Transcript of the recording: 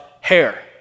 hair